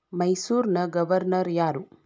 ಮೈಸೂರಿನ ಗವರ್ನರ್ ಯಾರು